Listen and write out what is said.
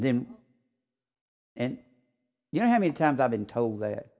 and you know how many times i've been told that